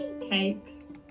cakes